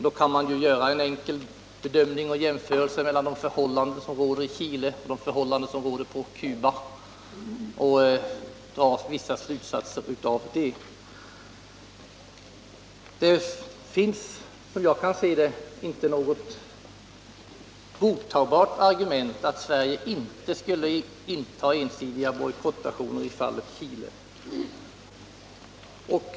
Man kan ju då göra en enkel jämförelse mellan de förhållanden som råder i Chile och de som råder på Cuba och sedan dra vissa slutsatser. Det finns såvitt jag kan se inte något godtagbart argument för att Sverige inte skulle vidta ensidiga bojkottaktioner i fallet Chile.